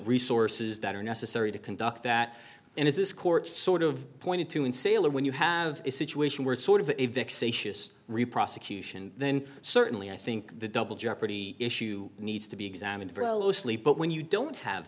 resources that are necessary to conduct that and as this court sort of pointed to in sailor when you have a situation where sort of re prosecution then certainly i think the double jeopardy issue needs to be examined for a loosely but when you don't have